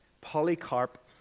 Polycarp